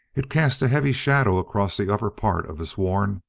it cast a heavy shadow across the upper part of his worn,